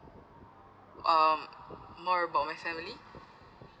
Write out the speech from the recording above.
um more about my family